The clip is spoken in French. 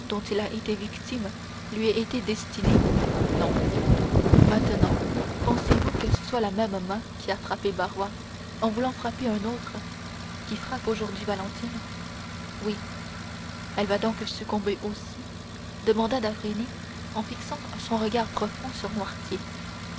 il a été victime lui ait été destiné non maintenant pensez-vous que ce soit la même main qui a frappé barrois en voulant frapper un autre qui frappe aujourd'hui valentine oui elle va donc succomber aussi demanda d'avrigny en fixant son regard profond sur